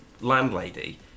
landlady